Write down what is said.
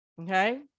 okay